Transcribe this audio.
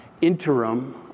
interim